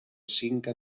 cinca